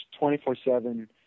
24-7